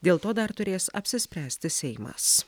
dėl to dar turės apsispręsti seimas